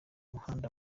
muhanda